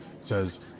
says